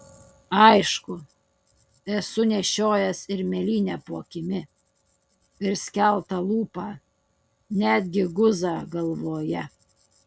aišku esu nešiojęs ir mėlynę po akimi ir skeltą lūpą net gi guzą galvoje